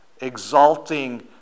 exalting